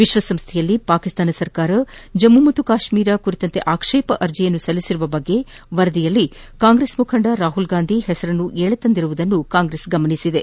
ವಿಶ್ವಸಂಸ್ಥೆಯಲ್ಲಿ ಪಾಕಿಸ್ತಾನ ಸರ್ಕಾರ ಜಮ್ಮು ಮತ್ತು ಕಾಶ್ಟೀರ ಕುರಿತಂತೆ ಆಕ್ವೇಪ ಅರ್ಜಿಯನ್ನು ಸಲ್ಲಿಸಿರುವ ಕುರಿತ ವರದಿಯಲ್ಲಿ ಕಾಂಗೆಸ್ ಮುಖಂಡ ರಾಹುಲ್ ಗಾಂಧಿ ಹೆಸರನ್ನು ಎಳೆತಂದಿರುವುದನ್ನು ಕಾಂಗ್ರೆಸ್ ಗಮನಿಸಿದೆ